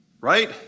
right